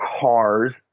cars